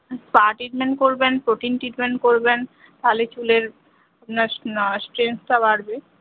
spa treatment করবেন protein treatment করবেন তাহলে চুলের আপনার স্ট্রেন্থটা বাড়বে